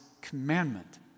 commandment